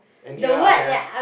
and here I have